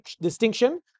distinction